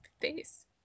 face